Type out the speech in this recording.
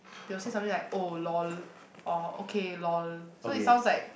they'll say something like oh lol or okay lol so it sounds like